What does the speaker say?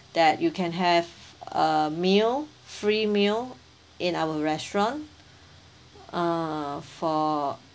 that you can have a meal free meal in our restaurant uh for